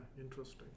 interesting